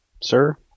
sir